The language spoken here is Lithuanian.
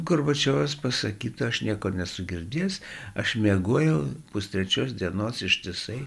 gorbačiovas pasakytų aš niekur nesu girdėjęs aš miegojau pustrečios dienos ištisai